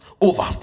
over